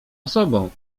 osobą